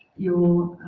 your